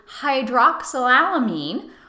hydroxylamine